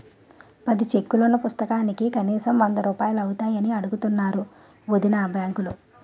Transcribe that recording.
పది చెక్కులున్న పుస్తకానికి కనీసం వందరూపాయలు అవుతాయని అడుగుతున్నారు వొదినా బాంకులో